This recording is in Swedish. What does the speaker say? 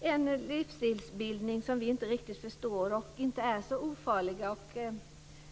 en livsstilsbildning som vi inte riktigt förstår och som inte är så ofarlig.